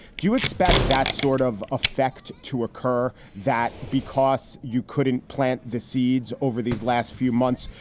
do you expect that sort of effect to occur that because you couldn't plant the seeds over these last few months,